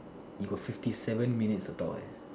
you got fifty seven minutes to talk eh